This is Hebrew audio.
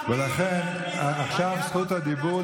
אני מבקש לדעת מי,